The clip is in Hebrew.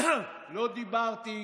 לא דיברתי.